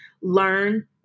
learn